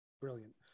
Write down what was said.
brilliant